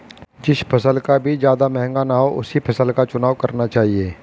जिस फसल का बीज ज्यादा महंगा ना हो उसी फसल का चुनाव करना चाहिए